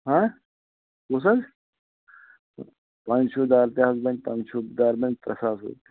کُس حظ پَنچھوٗدار تہِ حظ بنہِ پَنچھِوٗدار بنہِ ترٛےٚ ساس رۅپیہِ